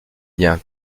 lien